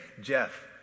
Jeff